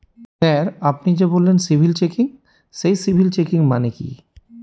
Sir আপনি যে বললেন সিবিল চেকিং সেই সিবিল চেকিং মানে কি?